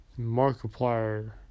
Markiplier